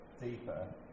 deeper